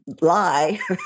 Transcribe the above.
lie